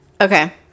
okay